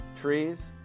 trees